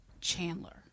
Chandler